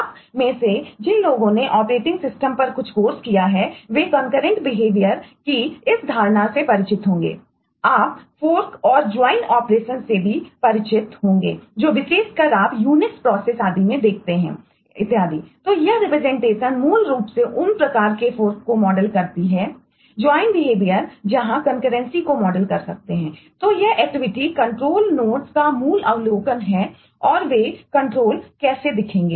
आप में से जिन लोगों ने ऑपरेटिंग सिस्टम कैसे दिखेंगे